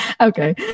Okay